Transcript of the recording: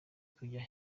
kujya